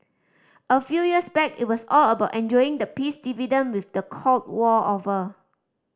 a few years back it was all about enjoying the peace dividend with the Cold War over